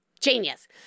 Genius